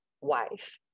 wife